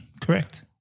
Correct